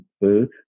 booth